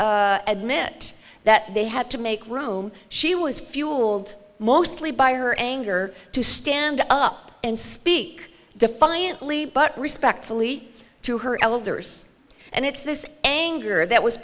o admit that they had to make room she was fueled mostly by her anger to stand up and speak defiantly but respectfully to her elders and it's this anger that was